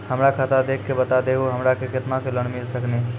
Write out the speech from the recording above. हमरा खाता देख के बता देहु हमरा के केतना के लोन मिल सकनी?